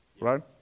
right